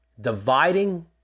dividing